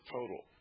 Total